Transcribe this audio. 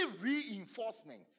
reinforcement